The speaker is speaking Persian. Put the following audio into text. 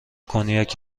کنیاک